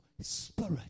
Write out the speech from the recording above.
spirit